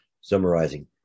Summarizing